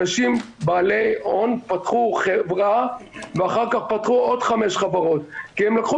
אנשים בעלי הון פתחו חברה ואחר כך פתחו עוד חמש חברות כי הם לקחו